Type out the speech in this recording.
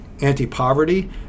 anti-poverty